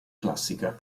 classica